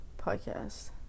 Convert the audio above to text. podcast